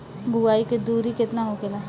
बुआई के दूरी केतना होखेला?